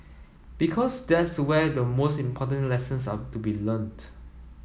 because that's where the most important lessons are to be learnt